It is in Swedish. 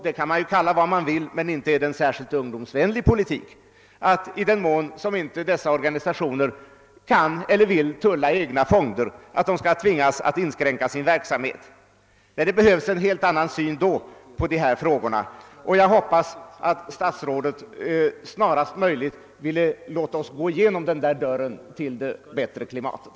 Det kan man ju kalla vad man vill, men inte är det en särskilt ungdomsvänlig politik att i den mån dessa organisationer inte kan eller inte vill tulla egna fonder tvinga dem att inskränka sin verksamhet. Det behövs en helt annan syn på dessa frågor, och jag hoppas att statsrådet snarast möjligt vill låta oss gå igenom dörren till det bättre klimatet.